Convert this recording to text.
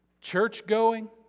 church-going